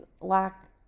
lack